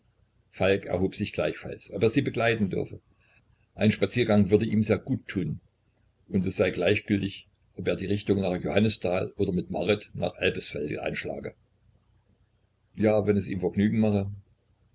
falk erhob sich gleichfalls ob er sie begleiten dürfe ein spaziergang würde ihm sehr gut tun und es sei gleichgültig ob er die richtung nach johannisthal oder mit marit nach elbsfelde einschlage ja wenn es ihm vergnügen mache